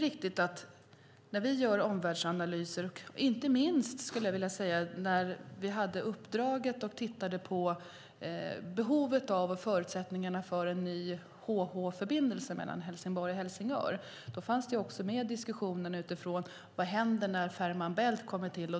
Inte minst när vi hade uppdraget att titta på behovet av och förutsättningarna för en ny HH-förbindelse mellan Helsingborg och Helsingör diskuterade vi också vad som händer när Fehmarn bält-förbindelsen kommer till.